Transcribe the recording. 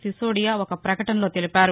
సిసోడియా ఒక ప్రకటనలో తెలిపారు